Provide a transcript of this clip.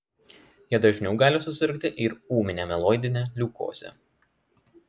jie dažniau gali susirgti ir ūmine mieloidine leukoze